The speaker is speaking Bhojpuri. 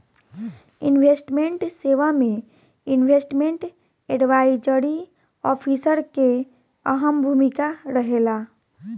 इन्वेस्टमेंट सेवा में इन्वेस्टमेंट एडवाइजरी ऑफिसर के अहम भूमिका रहेला